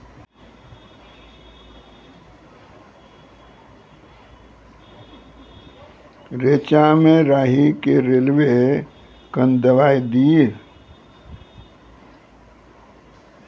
रेचा मे राही के रेलवे कन दवाई दीय?